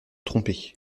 tromper